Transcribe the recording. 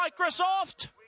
Microsoft